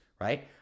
right